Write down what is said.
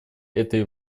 этой